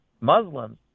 Muslims